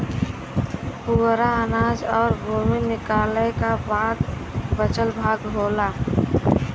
पुवरा अनाज और भूसी निकालय क बाद बचल भाग होला